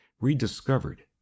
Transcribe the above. rediscovered